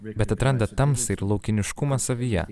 bet atranda tamsą ir laukiniškumą savyje